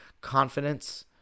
confidence